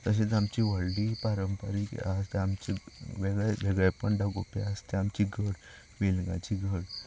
तशींत आमची व्हडली पारंपारीक हें आसा ती वेगळे वेगळेपण दाखोवपी आसा तें आमचें घर वेंलगाचें घड